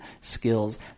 skills